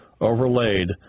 overlaid